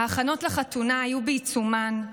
ההכנות לחתונה היו בעיצומן,